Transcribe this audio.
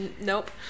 Nope